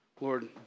Lord